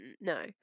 No